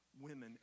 women